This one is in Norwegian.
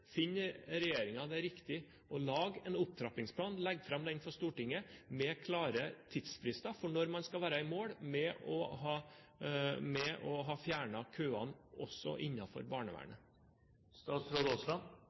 finner regjeringen det riktig å lage en opptrappingsplan og legge den fram for Stortinget, med klare tidsfrister for når man skal være i mål med å ha fjernet køene også